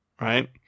right